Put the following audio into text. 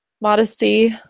Modesty